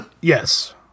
Yes